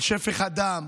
על שפך הדם,